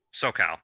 SoCal